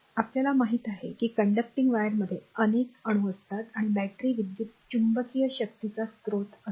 आपल्याला माहित आहे की कंडक्टिंग वायरमध्ये अनेक अणू असतात आणि बॅटरी विद्युत चुंबकीय शक्तीचा स्रोत असते